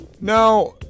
Now